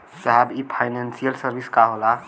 साहब इ financial service का होला?